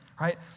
right